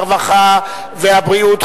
הרווחה והבריאות,